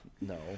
no